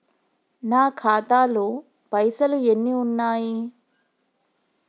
నా ఖాతాలో పైసలు ఎన్ని ఉన్నాయి?